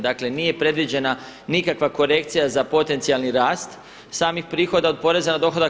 Dakle nije predviđena nikakva korekcija za potencijalni rast samih prihoda od poreza na dohodak.